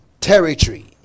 territory